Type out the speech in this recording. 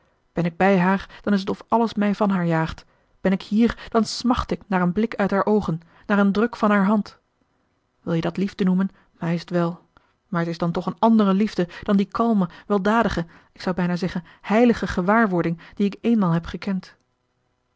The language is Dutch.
ben ik bij haar dan is t of alles mij van haar jaagt ben ik hier dan smacht ik naar een blik uit haar oogen naar een druk van haar hand wil je dat liefde noemen mij is t wel maar t is dan toch een andere liefde dan die kalme weldadige ik zou bijna zeggen heilige gewaarwording die ik eenmaal heb gekend